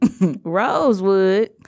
Rosewood